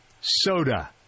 soda